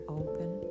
open